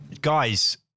Guys